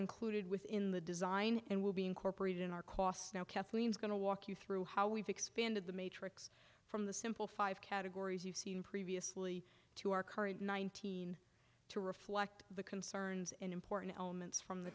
included within the design and will be incorporated in our cost now kathleen is going to walk you through how we've expanded the matrix from the simple five categories you've seen previously to our current nineteen to reflect the concerns and important elements from the